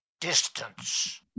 distance